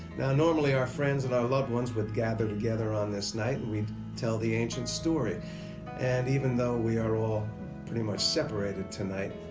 now normally, our friends and our loved ones would gather together on this night and we'd tell the ancient story and even though we are all pretty much separated tonight,